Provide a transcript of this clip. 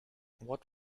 what